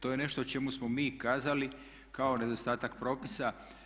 To je nešto o čemu smo mi kazali kao nedostatak propisa.